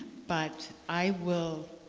but i will